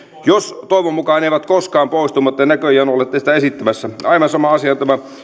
toivon mukaan eivät koskaan poistu mutta näköjään olette sitä esittämässä aivan sama asia on tämä